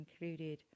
included